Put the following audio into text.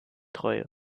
treue